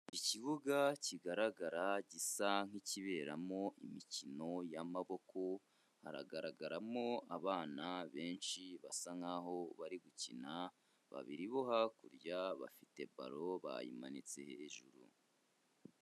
Ikibuga kigaragara gisa nk'ikiberamo imikino y'amaboko, haragaragaramo abana benshi basa nk'aho bari gukina, babiri bo hakurya bafite baro bayimanitse hejuru.